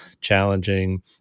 challenging